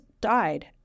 died